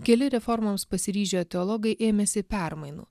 keli reformoms pasiryžę teologai ėmėsi permainų